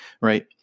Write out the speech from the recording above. right